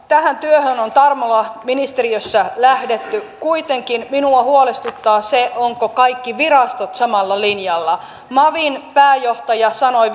tähän työhön on tarmolla ministeriössä lähdetty kuitenkin minua huolestuttaa se ovatko kaikki virastot samalla linjalla mavin pääjohtaja sanoi